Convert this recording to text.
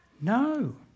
No